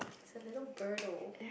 it's a little birdo